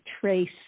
trace